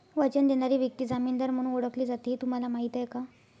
वचन देणारी व्यक्ती जामीनदार म्हणून ओळखली जाते हे तुम्हाला माहीत आहे का?